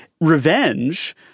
Revenge